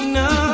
no